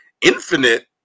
infinite